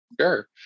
Sure